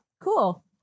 cool